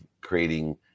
creating